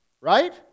right